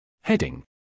Heading